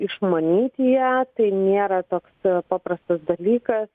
išmanyti ją tai nėra toks paprastas dalykas